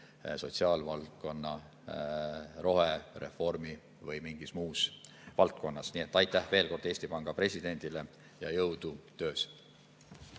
sotsiaalvaldkonna, rohereformi või mingis muus valdkonnas. Aitäh veel kord Eesti Panga presidendile ja jõudu töös!